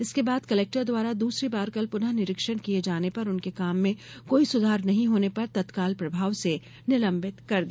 इसके बाद कलेक्टर द्वारा दूसरी बार कल पुनः निरीक्षण किए जाने पर उनके काम में कोई सुधार नहीं होने पर तत्काल प्रभाव से निलंबित कर दिया